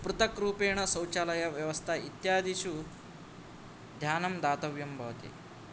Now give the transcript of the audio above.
पृथक् रूपेण शौचालयव्यवस्था इत्यादिषु ध्यानं दातव्यं भवति